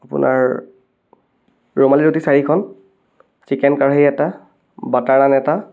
আপোনাৰ ৰুমালি ৰুটি চাৰিখন চিকেন কাঢ়াই এটা বাটাৰ নান এটা